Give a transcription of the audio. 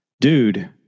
Dude